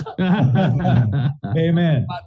Amen